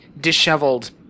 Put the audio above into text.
disheveled